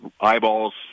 eyeballs